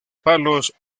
palos